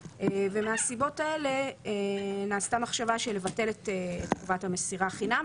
ומהסיבות האלו נעשתה מחשבה של לבטל את חובת המסירה חינם,